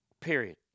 Period